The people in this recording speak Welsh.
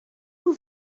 nhw